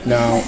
Now